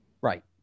Right